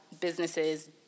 businesses